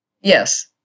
Yes